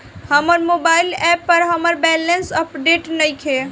हमर mobile app पर हमर बैलेंस अपडेट नइखे